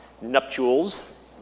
nuptials